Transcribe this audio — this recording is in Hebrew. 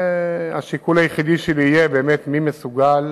השיקול היחידי שלי יהיה באמת מי מסוגל